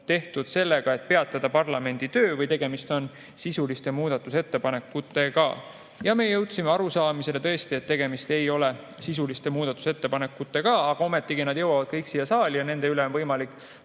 [esitatud sooviga] peatada parlamendi töö või tegemist on sisuliste muudatusettepanekutega. Me jõudsime arusaamisele, et tegemist ei ole sisuliste muudatusettepanekutega, aga ometigi nad jõuavad kõik siia saali ja nende kohta on võimalik